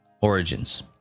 Origins